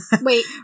wait